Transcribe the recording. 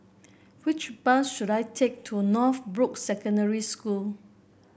which bus should I take to Northbrooks Secondary School